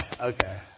okay